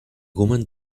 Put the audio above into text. woman